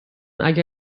اگر